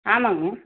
ஆமாம்ங்க